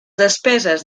despeses